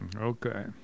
Okay